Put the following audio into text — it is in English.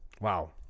Wow